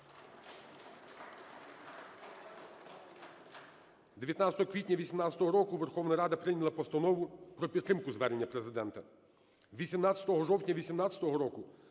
19 квітня 18-го року Верховна Рада прийняла Постанову про підтримку Звернення Президента. 18 жовтня 18-го